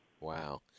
Wow